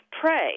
pray